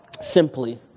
simply